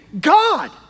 God